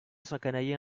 s’encanailler